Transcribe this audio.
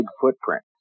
footprint